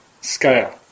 scale